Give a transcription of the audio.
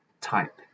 type